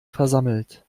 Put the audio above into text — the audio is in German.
versammelt